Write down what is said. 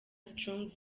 strong